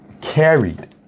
Carried